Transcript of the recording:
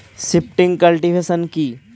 Shifting cultivation কি?